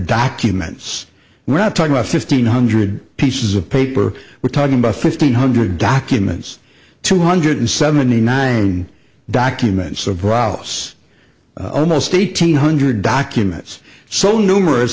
documents we're not talking about fifteen hundred pieces of paper we're talking about fifteen hundred documents two hundred seventy nine documents of proust's almost eight hundred documents so numerous